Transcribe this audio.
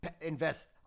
Invest